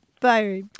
Bye